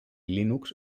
linux